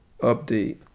update